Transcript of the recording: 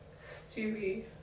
Stewie